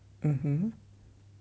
mm hmm